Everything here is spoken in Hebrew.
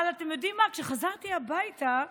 אבל אתם יודעים מה, כשחזרתי הביתה בערב,